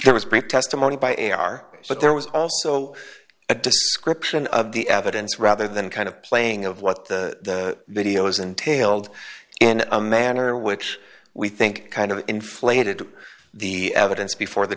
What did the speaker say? there was great testimony by a r but there was also a description of the evidence rather than kind of playing of what the videos entailed in a manner which we think kind of inflated the evidence before the